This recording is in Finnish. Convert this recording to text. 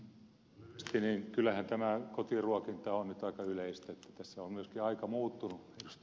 lyhyesti että kyllähän tämä kotiruokinta on nyt aika yleistä että tässä on myöskin aika muuttunut ed